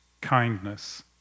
kindness